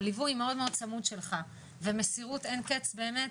על ליווי מאוד צמוד שלך ומסירות אין קץ באמת,